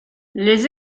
les